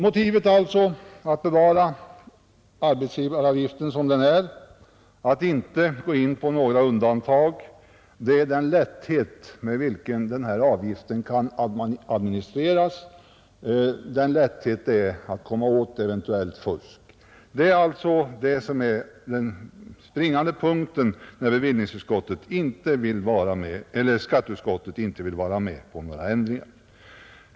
Motivet för att bevara arbetsgivaravgiften som den är och att inte gå in på några undantag är den lätthet med vilken den här avgiften kan administreras och lättheten att komma åt eventuellt fusk. Det är alltså den springande punkten när skatteutskottet inte vill vara med om några ändringar.